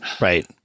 Right